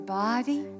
body